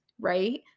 right